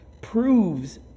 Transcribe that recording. proves